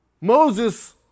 Moses